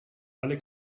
alle